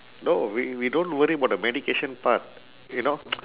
no we we don't worry about the medication part you know